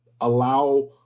allow